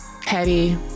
petty